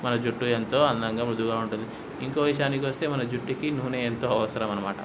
మన జుట్టు ఎంతో అందంగా మృదువుగా ఉంటుంది ఇంకోక విషయానికి వస్తే మన జుట్టుకి నూనె ఎంతో అవసరం అన్నమాట